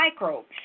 microbes